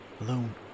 Alone